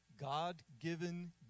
God-given